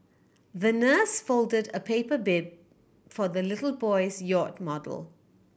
the nurse folded a paper bid for the little boy's yacht model